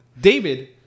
David